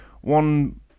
one